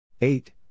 eight